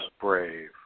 brave